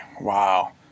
Wow